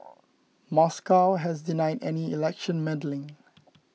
Moscow has denied any election meddling